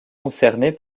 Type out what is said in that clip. concerné